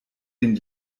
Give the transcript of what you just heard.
den